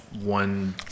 one